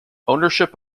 ownership